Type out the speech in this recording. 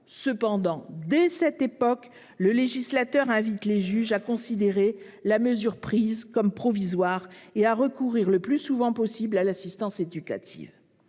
Cependant, dès cette époque, le législateur invite les juges à considérer la mesure prise comme provisoire et à recourir le plus souvent possible à l'assistance éducative.